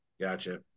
Gotcha